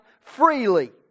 freely